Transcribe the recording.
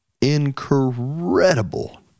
incredible